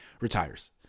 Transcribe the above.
retires